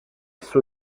suo